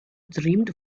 dreamed